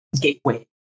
gateway